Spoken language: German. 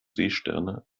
seesterne